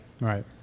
Right